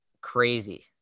crazy